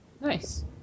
Nice